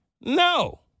No